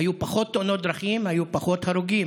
היו פחות תאונות דרכים, היו פחות הרוגים.